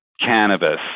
Cannabis